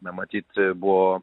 na matyt buvo